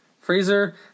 Freezer